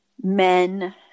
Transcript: men